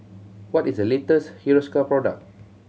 what is the latest Hiruscar product